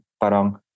parang